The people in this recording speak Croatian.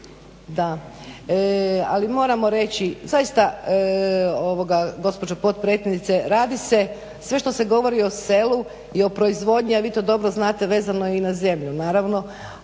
Da, ali moramo reći, zaista gospođo potpredsjednice, radi se, sve što se govori o selu i o proizvodnji a vi to dobro znate, vezano je i na zemlju naravno,